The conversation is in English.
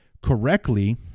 correctly